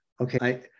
Okay